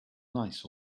nice